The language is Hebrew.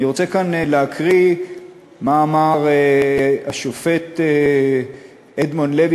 אני רוצה כאן להקריא מה אמר השופט אדמונד לוי,